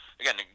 again